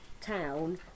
town